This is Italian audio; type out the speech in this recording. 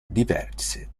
diverse